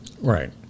right